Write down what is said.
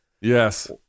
Yes